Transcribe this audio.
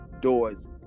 doors